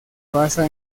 basa